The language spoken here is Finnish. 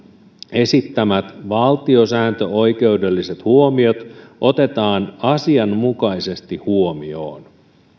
esittämät valtiosääntöoikeudelliset huomiot otetaan asianmukaisesti huomioon